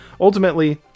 Ultimately